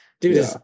dude